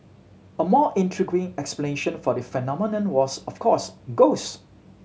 a more intriguing explanation for the phenomenon was of course ghost